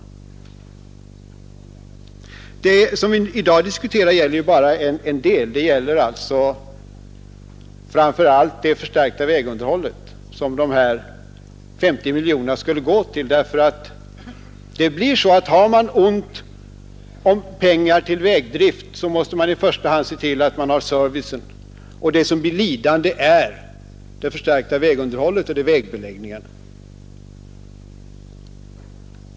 Vad vi i dag diskuterar gäller bara en del, framför allt det förstärkta vägunderhållet som de 50 miljonerna skulle gå till. Om man har ont om pengar för vägdriften måste man i första hand se till att upprätthålla servicen. Det som blir lidande är det förstärkta vägunderhållet, vägbeläggningarna.